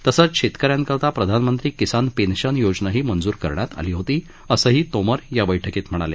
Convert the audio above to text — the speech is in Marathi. तसंच शेतकऱ्यांकरिता प्रधानमंत्री किसान पेंशन योजनाही मंजूर करण्यात आली होती असंही तोमर या बैठकीत म्हणाले